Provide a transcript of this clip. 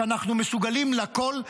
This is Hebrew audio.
שאנחנו מסוגלים לכול,